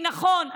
נכון,